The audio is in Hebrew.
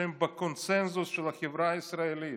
שהם בקונסנזוס של החברה הישראלית